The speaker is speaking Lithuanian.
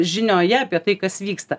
žinioje apie tai kas vyksta